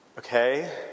okay